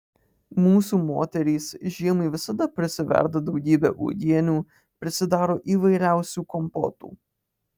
mūsų moterys žiemai visada prisiverda daugybę uogienių prisidaro įvairiausių kompotų